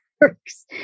works